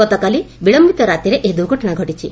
ଗତକାଲି ବିଳଧିତ ରାତିରେ ଏହି ଦୂର୍ଘଟଣା ଘଟିଛି